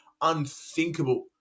unthinkable